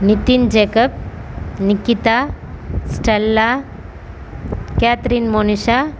Nitin Jacob Nikita Stella Catherine Monisha